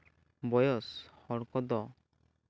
ᱵᱚᱭᱚᱥ ᱦᱚᱲ ᱠᱚᱫᱚ